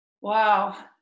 Wow